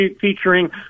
featuring